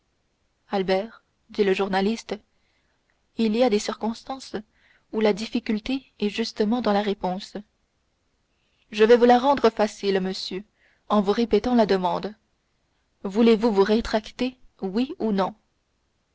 albert dit le journaliste il y a des circonstances où la difficulté est justement dans la réponse je vais vous la rendre facile monsieur en vous répétant la demande voulez-vous vous rétracter oui ou non